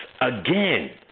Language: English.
again